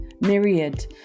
myriad